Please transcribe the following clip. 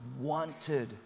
wanted